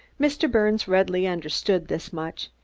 mr. birnes readily understood this much,